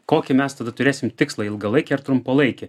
kokį mes tada turėsim tikslą ilgalaikį ar trumpalaikį